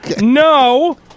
No